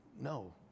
no